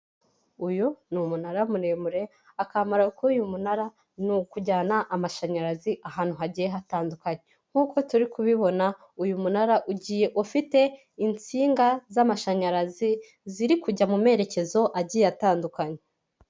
Uyu ni umunara muremure, akamaro k'uyu munara ni ukujyana amashanyarazi ahantu hagiye hatandukanye, nk'uko turi kubibona uyu munara ugiye ufite insinga z'amashanyarazi ziri kujya mu merekezo agiye atandukanye.